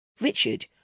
Richard